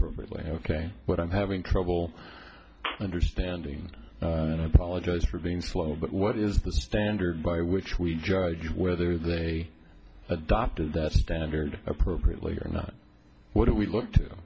way ok but i'm having trouble understanding and i apologize for being slow but what is the standard by which we judge whether they adopted that standard appropriately or not what do we look to